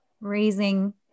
raising